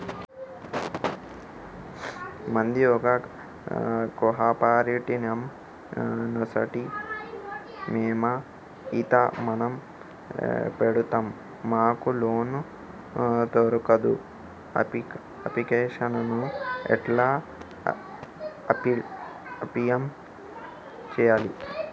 మాది ఒక cooperative society మేము ఈత వనం పెడతం మాకు లోన్ దొర్కుతదా? అప్లికేషన్లను ఎట్ల అప్లయ్ చేయాలే?